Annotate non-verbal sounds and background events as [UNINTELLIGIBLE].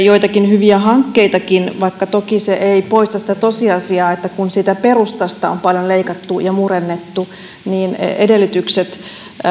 [UNINTELLIGIBLE] joitakin hyviäkin hankkeita vaikka toki se ei poista sitä tosiasiaa että kun siitä perustasta on paljon leikattu ja murennettu niin edellytykset